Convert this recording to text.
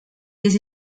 des